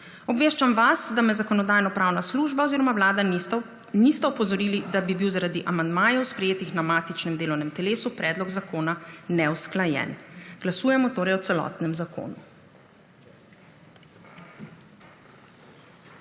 Obveščam vas, da me Zakonodajno-pravna služba oziroma vlada nista opozorili, da bi bil zaradi amandmajev, sprejetih na matičnem delovnem telesu, predlog zakona neusklajen. Glasujemo torej o celotnem zakonu.